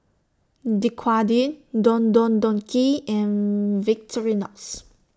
Dequadin Don Don Donki and Victorinox